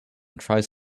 tries